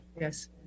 Yes